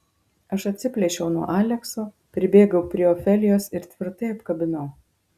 aš atsiplėšiau nuo alekso pribėgau prie ofelijos ir tvirtai apkabinau